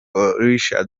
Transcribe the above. borussia